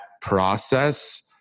process